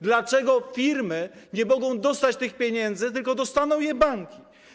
Dlaczego firmy nie mogą dostać tych pieniędzy, tylko dostaną je banki?